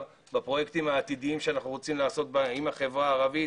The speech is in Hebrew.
בפרויקטים העתידיים שאנחנו רוצים לעשות עם החברה הערבית,